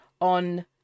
on